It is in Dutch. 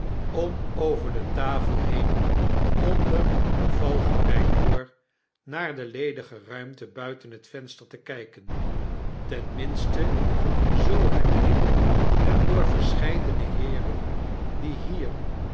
om over de tafel heen onder de valgordyn door naar de ledige ruimte buiten het venster te kyken ten minste zoo heb ik hem door verscheidene heeren die hier